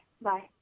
Bye